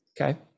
Okay